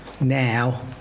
now